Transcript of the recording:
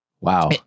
wow